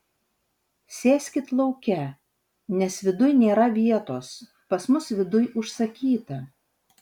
sėskit lauke nes viduj nėra vietos pas mus viduj užsakyta